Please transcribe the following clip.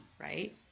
right